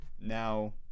now